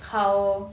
how